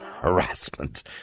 harassment